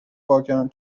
پاکن